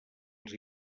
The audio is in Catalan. els